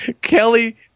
Kelly